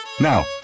Now